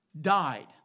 died